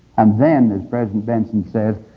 and then, as president benson says,